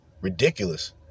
Ridiculous